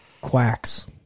quacks